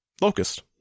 Locust